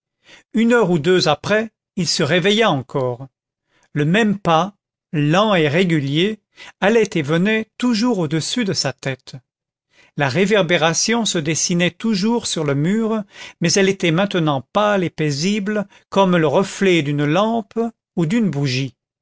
une heure ou deux après il se réveilla encore le même pas lent et régulier allait et venait toujours au-dessus de sa tête la réverbération se dessinait toujours sur le mur mais elle était maintenant pâle et paisible comme le reflet d'une lampe ou d'une bougie